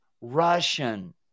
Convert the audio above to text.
Russian